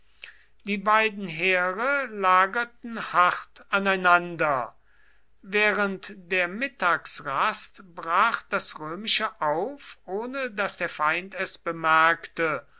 die beiden heere lagerten hart aneinander während der mittagsrast brach das römische auf ohne daß der feind es bemerkte